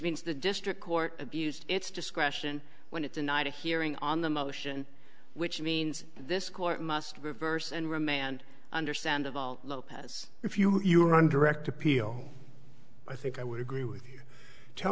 means the district court abused its discretion when its a night a hearing on the motion which means this court must reverse and remand understand of all lopez if you are on direct appeal i think i would agree with you tell